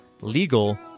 legal